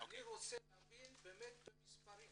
אני רוצה להבין במספרים.